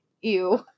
ew